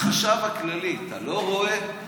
החשב הכללי, אתה לא רואה?